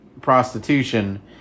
prostitution